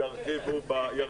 חברי ירחיב בעניין.